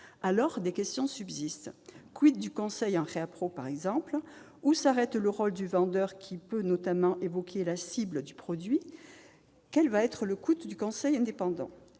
nombre de questions subsistent. Qu'en est-il du conseil en réapprovisionnement, par exemple ? Où s'arrête le rôle du vendeur, qui peut notamment évoquer la « cible » du produit ? Quel sera le coût du conseil indépendant ?